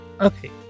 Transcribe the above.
Okay